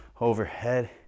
overhead